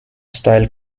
style